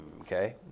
Okay